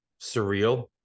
surreal